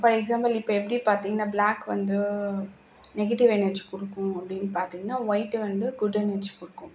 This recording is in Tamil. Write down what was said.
ஃபார் எக்ஸாம்பிள் இப்போ எப்படி பார்த்தீங்கன்னா ப்ளாக் வந்து நெகட்டிவ் எனர்ஜி கொடுக்கும் அப்படின்னு பார்த்தீங்கன்னா ஒயிட்டு வந்து குட் எனர்ஜி கொடுக்கும்